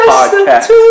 Podcast